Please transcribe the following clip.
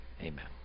amen